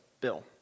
Bill